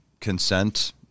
consent